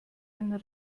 einen